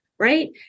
right